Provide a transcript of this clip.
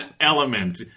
element